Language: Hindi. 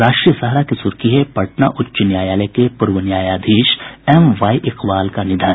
राष्ट्रीय सहारा की सुर्खी है पटना उच्च न्यायालय के पूर्व न्यायाधीश एम वाई इकबाल का निधन